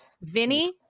Vinny